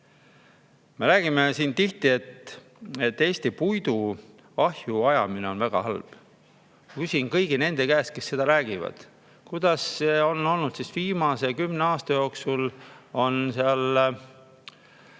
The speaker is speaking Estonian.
Me räägime tihti, et Eesti puidu ahju ajamine on väga halb. Küsin kõigi nende käest, kes seda räägivad: kuidas on olnud viimase kümne aasta jooksul? 1,3–1,4